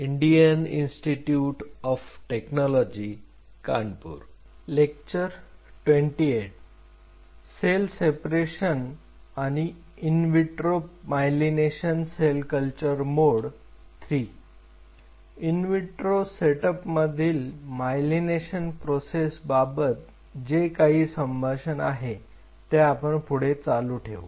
in vitro सेटअपमधील myelination process बाबत जे काही संभाषण आहे ते आपण पुढे चालू ठेवू